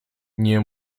nie